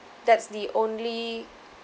that's the only